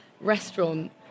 restaurant